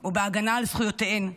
או בהגנה על זכויותיהן.